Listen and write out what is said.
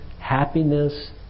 happiness